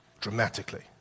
Dramatically